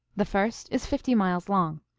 the first is fifty miles long.